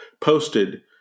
posted –